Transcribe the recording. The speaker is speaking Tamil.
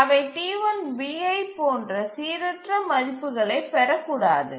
அவை T1 b ஐப் போன்ற சீரற்ற மதிப்புகளைப் பெறக்கூடாது